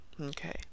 okay